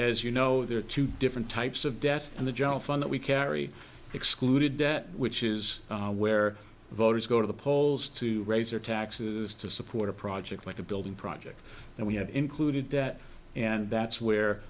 as you know there are two different types of debt and the general fund that we carry excluded debt which is where voters go to the polls to raise their taxes to support a project like a building project and we have included that and that's